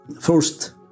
first